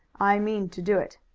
i mean to do it.